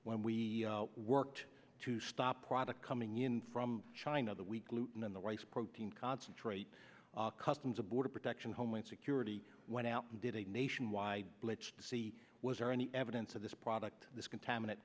when we worked to stop products coming in from china that we gluten in the rice protein concentrate our customs and border protection homeland security went out and did a nationwide pledge to see was there any evidence of this product this contaminant